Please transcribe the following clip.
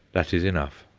that is enough.